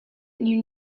knew